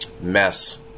mess